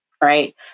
right